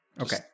Okay